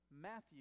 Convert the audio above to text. Matthew